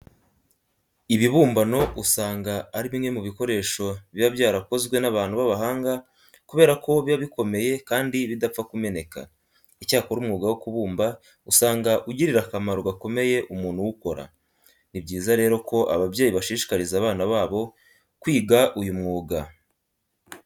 Ibibumbano usanga ari bimwe mu bikoresho biba byarakozwe n'abantu b'abahanga kubera ko biba bikomeye kandi bidapfa kumeneka. Icyakora umwuga wo kubumba usanga ugirira akamaro gakomeye umuntu uwukora. Ni byiza rero ko ababyeyi bashishikariza abana babo kwiga uyu mwuga.